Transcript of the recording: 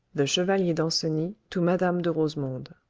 the chevalier danceny to madame de rosemonde.